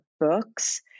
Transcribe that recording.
books